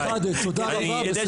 חבר הכנסת שחאדה, תודה רבה, בסדר.